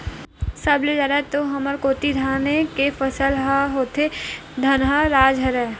सब ले जादा तो हमर कोती धाने के फसल ह होथे धनहा राज हरय